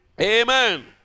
Amen